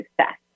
success